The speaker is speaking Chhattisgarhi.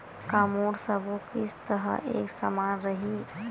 का मोर सबो किस्त ह एक समान रहि?